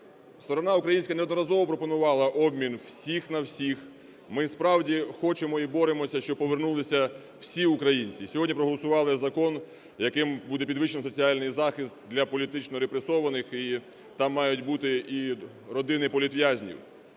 Сторона українська неодноразово пропонувала обмін "всіх на всіх" ми справді хочемо і боремося, щоб повернулися всі українці. Сьогодні проголосували закон, яким буде підвищено соціальний захист для політично репресованих і там мають бути і родини політв'язнів.